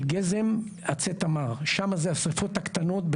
של גזם עצי תמר, שם השרפות הקטנות.